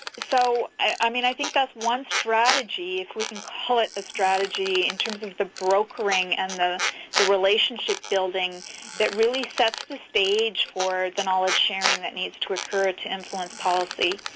so i mean i think that's one strategy if we can call it a strategy in terms of the brokering and the the relationship building that really sets the stage for the knowledge sharing that needs to occur to influence policy.